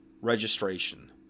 registration